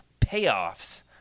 payoffs